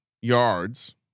yards